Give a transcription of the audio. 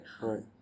Right